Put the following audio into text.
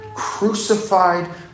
crucified